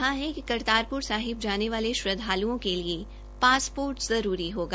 भारत ने कहा है कि करतारपूर साहिब जाने वाले श्रद्वालुओं के लिए पासपोर्ट जरूरी होगा